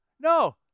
No